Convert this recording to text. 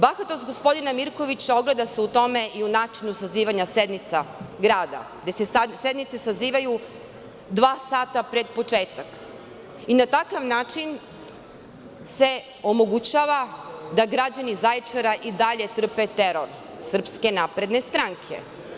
Bahatost gospodina Mirkovića ogleda se u tome i u načinu sazivanja sednica grada, gde se sednice sazivaju dva sata pred početak i na takav način se omogućava da građani Zaječara i dalje trpe teror SNS.